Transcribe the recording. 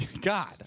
God